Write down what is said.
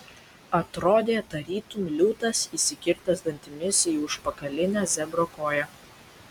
atrodė tarytum liūtas įsikirtęs dantimis į užpakalinę zebro koją